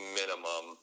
minimum